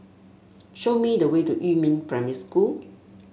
show me the way to Yumin Primary School